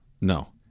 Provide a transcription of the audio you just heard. no